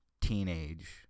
teenage